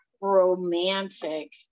romantic